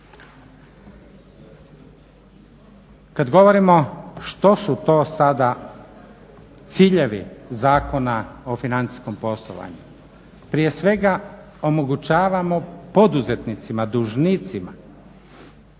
Kada govorimo što su to sada ciljevi Zakona o financijskom poslovanju, prije svega omogućavamo poduzetnicima dužnicima